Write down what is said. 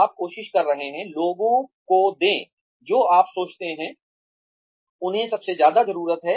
आप कोशिश कर रहे हैं लोगों को दें जो आप सोचते हैं उन्हें सबसे ज्यादा जरूरत है